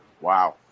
Wow